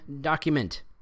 document